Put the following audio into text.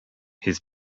his